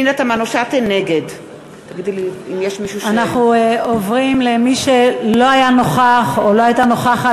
נגד אנחנו עוברים למי שלא היה נוכח או לא הייתה נוכחת